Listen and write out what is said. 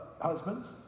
husbands